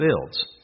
builds